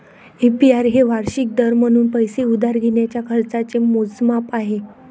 APR हे वार्षिक दर म्हणून पैसे उधार घेण्याच्या खर्चाचे मोजमाप आहे